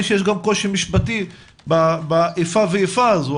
שיש גם קושי משפטי באיפה ואיפה הזאת,